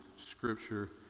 scripture